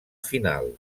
final